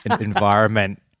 environment